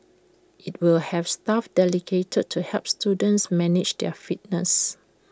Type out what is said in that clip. IT will have staff dedicated to help students manage their fitness